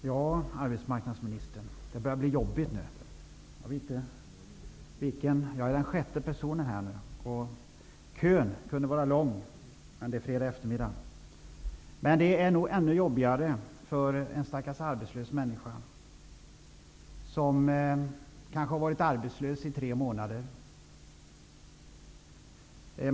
Herr talman! Ja, arbetsmarknadsministern, det börjar bli jobbigt nu. Jag är den sjätte talaren och kön kunde vara lång, men det är fredag eftermiddag. Men det är nog ännu jobbigare för en stackars arbetslös människa, som kanske har varit arbetslös i tre månader.